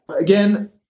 Again